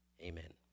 Amen